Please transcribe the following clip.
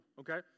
Okay